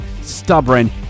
stubborn